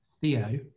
theo